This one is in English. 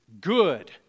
good